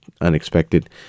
unexpected